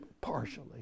partially